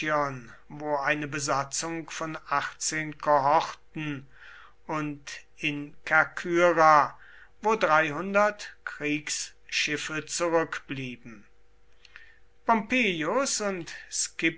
wo eine besatzung von achtzehn kohorten und in kerkyra wo kriegsschiffe zurückblieben pompeius und